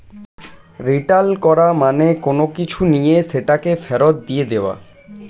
return করা মানে কোনো কিছু নিয়ে সেটাকে ফেরত দিয়ে দেওয়া